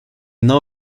now